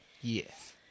yes